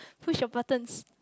push your buttons